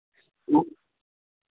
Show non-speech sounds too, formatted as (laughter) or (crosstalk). (unintelligible)